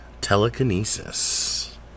Telekinesis